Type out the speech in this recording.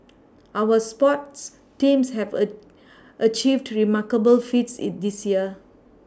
our sports teams have a achieved remarkable feats this year